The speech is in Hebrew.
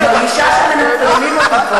אני מרגישה שמנטרלים אותי פה.